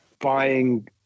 buying